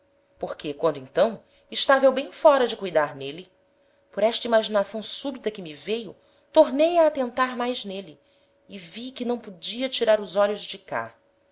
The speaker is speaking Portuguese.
porque quando então estava eu bem fóra de cuidar n'êle por esta imaginação subita que me veio tornei a atentar mais n'êle e vi que não podia tirar os olhos de cá